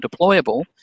deployable